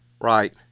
Right